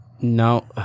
No